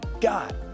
God